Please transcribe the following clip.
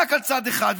רק על צד אחד.